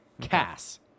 Cass